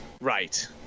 Right